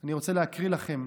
אני רוצה להקריא לכם